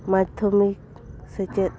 ᱢᱟᱫᱽᱫᱷᱚᱢᱤᱠ ᱥᱮᱪᱮᱫ